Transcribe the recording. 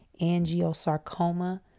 angiosarcoma